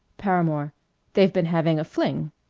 paramore they've been having a fling.